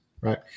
Right